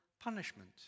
punishment